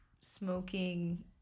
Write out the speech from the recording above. smoking